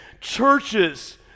Churches